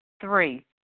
Three